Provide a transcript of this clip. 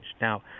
Now